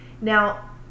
Now